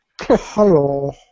Hello